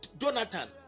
Jonathan